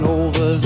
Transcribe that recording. over